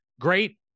great